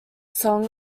song